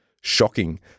shocking